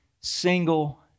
single